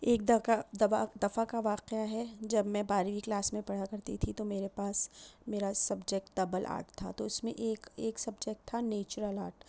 ایک دفعہ کا واقعہ ہے جب میں بارہویں کلاس میں پڑھا کرتی تھی تو میرے پاس میرا سبجیکٹ ڈبل آرٹ تھا تو اس میں ایک ایک سبجیکٹ تھا نیچرل آرٹ